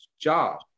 job